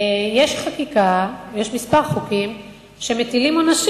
יש חקיקה ויש כמה חוקים שמטילים עונשים